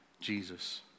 Jesus